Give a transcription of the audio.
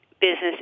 business